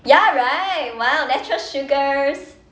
ya right !wow! natural sugars